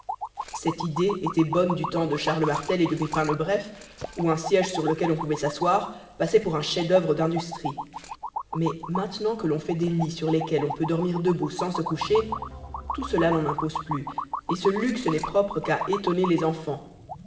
cette idée était bonne du temps de charles martel et de pépin le bref où un siège sur lequel on pouvait s'asseoir passait pour un chef-d'oeuvre d'industrie mais maintenant que l'on fait des lits sur lesquels on peut dormir debout sans se coucher tout cela n'en impose plus et ce luxe n'est propre qu'à étonner les enfans